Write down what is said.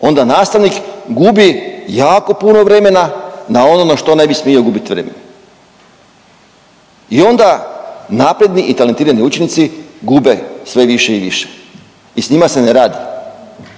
Onda nastavnik gubi jako puno vremena na ono na što ne bi smio gubit vrijeme. I onda napredni i talentirani učenici gube sve više i više i s njima se ne radi.